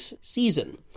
season